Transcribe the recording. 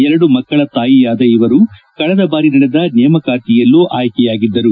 ಎರಡು ಮಕ್ಕಳ ತಾಯಿಯಾದ ಇವರು ಕಳೆದ ಬಾರಿ ನಡೆದ ನೇಮಕಾತಿಯಲ್ಲೂ ಆಯ್ಲೆ ಆಗಿದ್ದರು